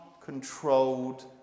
controlled